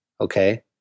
Okay